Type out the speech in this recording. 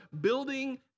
building